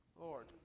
Lord